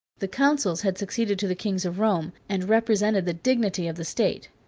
the consuls had succeeded to the kings of rome, and represented the dignity of the state.